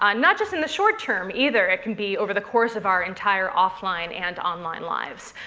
um not just in the short term, either. it can be over the course of our entire offline and online lives.